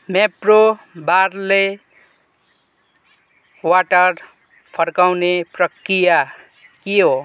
Mapro barley water फर्काउने प्रकिया के हो